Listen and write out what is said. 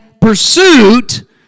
pursuit